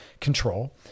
control